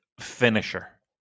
finisher